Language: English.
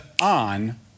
on